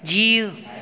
जीउ